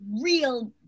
real